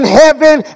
heaven